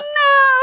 no